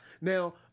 Now